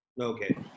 Okay